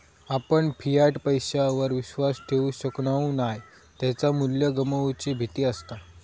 आपण फियाट पैशावर विश्वास ठेवु शकणव नाय त्याचा मू्ल्य गमवुची भीती असता